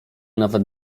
nawet